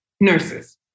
nurses